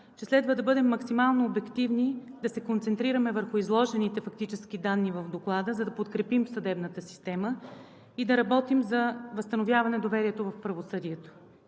че следва да бъдем максимално обективни, да се концентрираме върху изложените фактически данни в Доклада, за да подкрепим съдебната система и да работим за възстановяване на доверието в правосъдието.